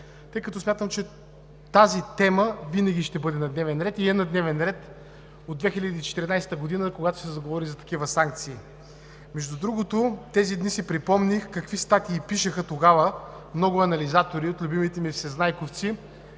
тъй като смятам, че тази тема винаги ще бъда на дневен ред и е на дневен ред от 2014 г., когато се заговори за такива санкции. Тези дни си припомних какви статии пишеха тогава много анализатори от любимите ми всезнайковци,